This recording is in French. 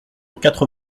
quatre